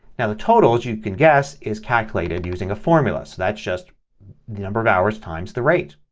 now the total, as you can guess, is calculated using a formula. so that's just the number of hours times the rate.